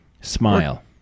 smile